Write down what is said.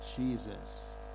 Jesus